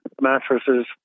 mattresses